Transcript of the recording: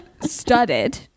studded